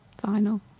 Final